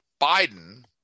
Biden